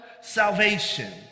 salvation